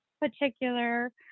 particular